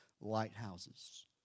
lighthouses